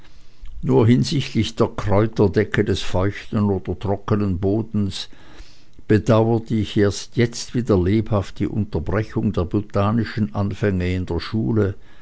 nur hinsichtlich der kräuterdecke des feuchten oder trockenen bodens bedauerte ich erst jetzt wieder lebhaft die unterbrechung der botanischen anfänge in der schule